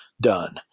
done